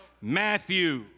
Matthew